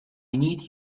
need